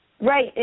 Right